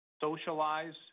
socialize